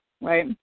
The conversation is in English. right